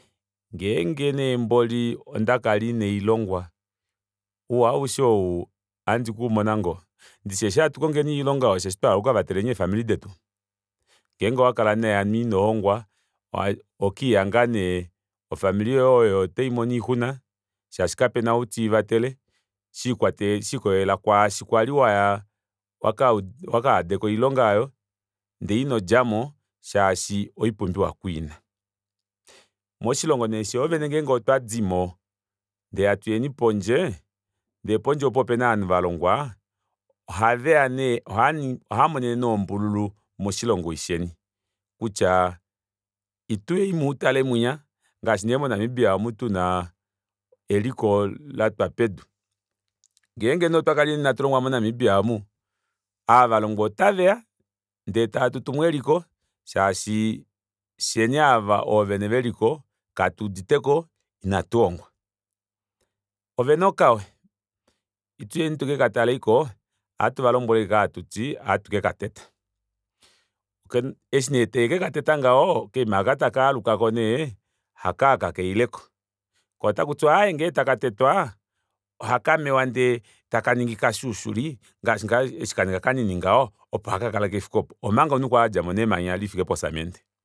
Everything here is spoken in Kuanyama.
Ngeenge nee mboli ondakala inandilongwa ouwa aushe ou ohandi kuumona ngoo ndishi eshi hatu kongeni oilonga osheshi twahala oku kavatale ee famili detu ngenge owakala nee inolongwa ohokelihanga nee ofamili yoye oyo otaimono oixuna shaashi kapena ou teivatele shikolela kwaashi kwali waya wakahadeka oilonga aayo ndee i nodjamo shaashi oipumbiwa kuina moshilongo nee shoovene ngenge otwadimo ndee hatuyeni pondje ndee pondje opo opena ovanhu valongwa ohaveya nee ohaamonene nee ombululu moshilongo eshi sheni kutya ituyemo utale munya ngaashi nee monamibia omu muna eliko latwa pedu ngenge nee otwakaleni inatulongwa monamibia aamu ava valongwa otaveya ndee taatutumo eliko shaashi fyeni ava oovene veliko katuuditeko inatulongwa ovena okawe ituyeni tukekataleiko ohatu valombwele ashike hatuti ohatu kekateta eshi nee tekekateta ngaho okaima aka takaalukako nee hakaka kaileko koo otakutiwa aaye ngenge taka tetwa ohakamewa ndee takaningi kashuushuli ngaashi ngaa kaninga kanini ngaho opo hakakala kefike opo omanga omunhu okwali adjamo nemanya lifike po cement